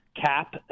cap